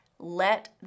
Let